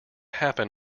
happen